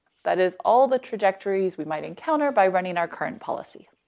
that is all the trajectories we might encounter by running our current policy.